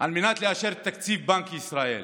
על מנת לאשר את תקציב בנק ישראל,